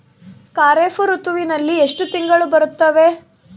ಖಾರೇಫ್ ಋತುವಿನಲ್ಲಿ ಎಷ್ಟು ತಿಂಗಳು ಬರುತ್ತವೆ?